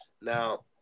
now